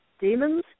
demons